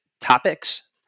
topics